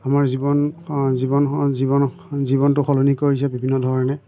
আমাৰ জীৱন জীৱন জীৱন জীৱনটো সলনি কৰিছে বিভিন্ন ধৰণে